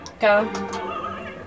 Go